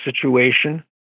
situation